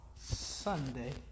Sunday